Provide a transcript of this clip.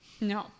No